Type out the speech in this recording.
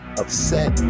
upset